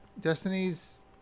Destiny's